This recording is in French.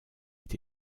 est